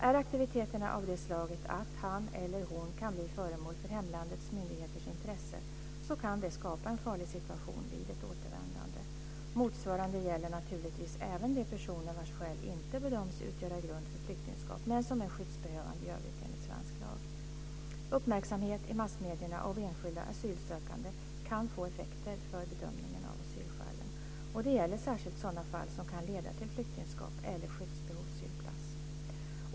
Är aktiviteterna av det slaget att han eller hon kan bli föremål för hemlandets myndigheters intresse, så kan detta skapa en farlig situation vid ett återvändande. Motsvarande gäller naturligtvis även de personer vars skäl inte bedöms utgöra grund för flyktingskap men som är skyddsbehövande i övrigt enligt svensk lag. Uppmärksamhet i massmedierna av enskilda asylsökande kan få effekter för bedömningen av asylskälen. Det gäller särskilt sådana fall som kan leda till flyktingskap eller skyddsbehov sur place.